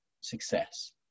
success